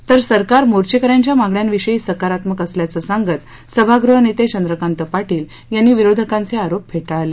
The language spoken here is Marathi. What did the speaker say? तर सरकार मोर्चेक यांच्या मागण्याविषयी सकारात्मक असल्याचं सांगत सभागृह नेते चंद्रकांत पाटील यांनी विरोधकांचे आरोप फेटाळले